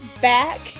back